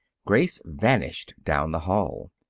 grace vanished down the hall.